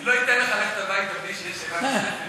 לא אתן לך ללכת הביתה בלי שתהיה שאלה נוספת.